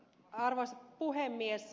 arvoisa puhemies